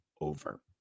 over